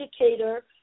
educator